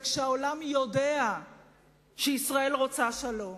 וכשהעולם יודע שישראל רוצה שלום,